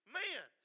man